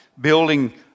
building